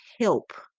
help